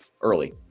early